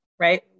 Right